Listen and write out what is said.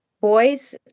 boys